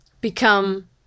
become